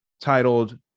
titled